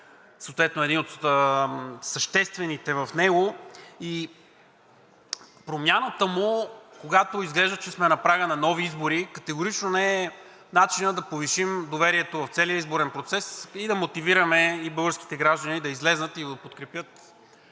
съответно един от съществените в него и промяната му, когато изглежда, че сме на прага на нови избори, категорично не е начинът да повишим доверието в целия изборен процес и да мотивираме и българските граждани да излязат и да подкрепят